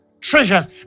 treasures